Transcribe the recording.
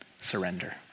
surrender